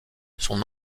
son